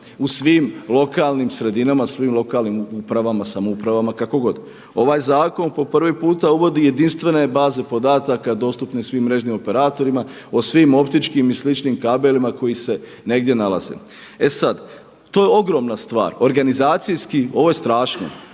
u svim lokalnim sredinama, svim lokalnim upravama, samoupravama kako god. Ovaj zakon po prvi puta uvodi jedinstvene baze podataka dostupne svim mrežnim operatorima, o svim optičkim i sličim kabelima koji se negdje nalaze. E sad, to je ogromna stvar, organizacijski ovo je strašno,